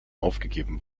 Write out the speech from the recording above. aufgegeben